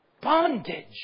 Bondage